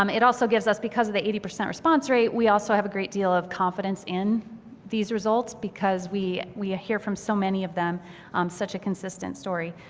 um it also gives us, because of the eighty percent response rate, we have a great deal of confidence in these results because we we ah hear from so many of them on such a consistent story.